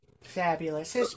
Fabulous